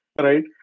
right